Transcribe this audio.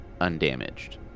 undamaged